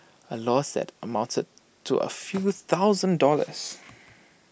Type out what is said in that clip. A loss that amounted to A few thousand dollars